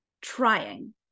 trying